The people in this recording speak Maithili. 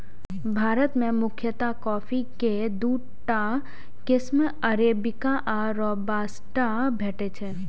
भारत मे मुख्यतः कॉफी के दूटा किस्म अरेबिका आ रोबास्टा भेटै छै